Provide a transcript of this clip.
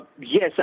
Yes